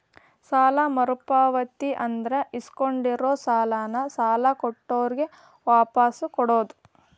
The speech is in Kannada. ಸಾಲ ಮರುಪಾವತಿ ಅಂದ್ರ ಇಸ್ಕೊಂಡಿರೋ ಸಾಲಾನ ಸಾಲ ಕೊಟ್ಟಿರೋರ್ಗೆ ವಾಪಾಸ್ ಕೊಡೋದ್